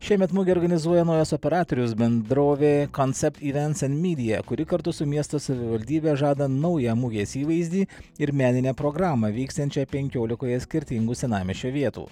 šiemet mugę organizuoja naujas operatorius bendrovė konsept ivents end midija kuri kartu su miesto savivaldybe žada naują mugės įvaizdį ir meninę programą vyksiančią penkiolikoje skirtingų senamiesčio vietų